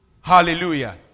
Hallelujah